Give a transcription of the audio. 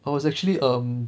I was actually um